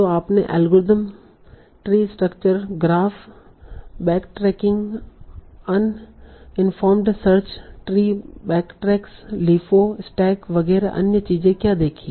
तो आपने algorithm tree structure graph backtracking uninformed search tree backtracks LIFO stack वगैरह अन्य चीजें क्या देखी हैं